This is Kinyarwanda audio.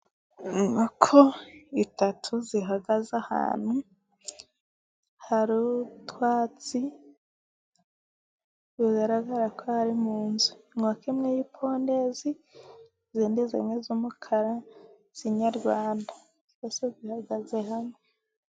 Inkoko itatu zihagaze ahantu harutwatsi bigaragara ko ari mu nzu, inkoko imwe y'ipondezi zimwe z'umukara n'inyarwandase zihagaze hamwe.